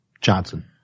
Johnson